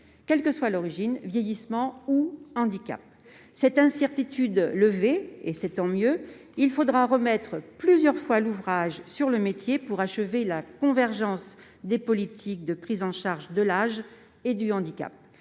quelle que soit l'origine : vieillissement ou handicap. Cette incertitude levée- et c'est tant mieux -, il faudra remettre plusieurs fois l'ouvrage sur le métier pour achever la convergence des politiques de prise en charge de l'âge et du handicap.